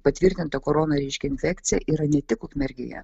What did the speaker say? patvirtinta korona reiškia infekcija yra ne tik ukmergėje